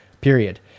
Period